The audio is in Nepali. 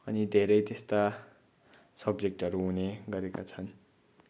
अनि धेरै त्यस्ता सब्जेक्टहरू हुने गरेका छन्